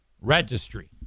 registry